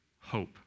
hope